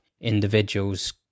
individuals